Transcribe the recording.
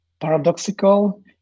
paradoxical